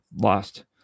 lost